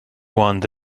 want